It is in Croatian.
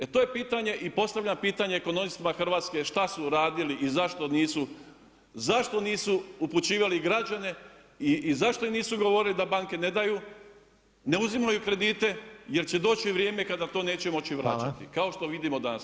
E to je pitanje i postavljam pitanje ekonomistima Hrvatske šta su radili i zašto nisu upućivali građane i zašto im nisu govorili da banke ne daju ne uzimaju kredite jer će doći vrijeme kada to neće moći vratiti, kao što vidimo danas.